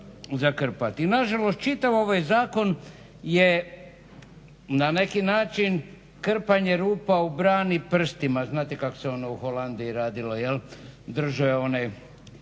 Nažalost čitav ovaj zakon je na neki način krpanje rupa u brani prstima. Znate kak se ono u Holandiji radilo jel?